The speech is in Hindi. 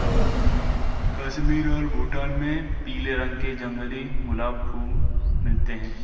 कश्मीर और भूटान में पीले रंग के जंगली गुलाब खूब मिलते हैं